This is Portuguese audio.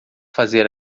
fazer